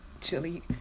chili